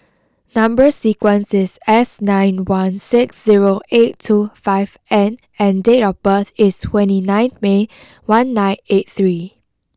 number sequence is S nine one six zero eight two five N and date of birth is twenty nine May one nine eight three